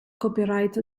copyright